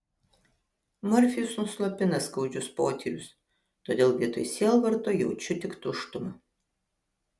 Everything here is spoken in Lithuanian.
morfijus nuslopina skaudžius potyrius todėl vietoj sielvarto jaučiu tik tuštumą